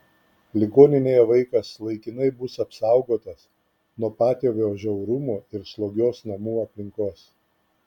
ligoninėje vaikas laikinai bus apsaugotas nuo patėvio žiaurumo ir slogios namų aplinkos